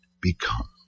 become